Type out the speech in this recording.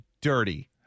dirty